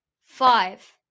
five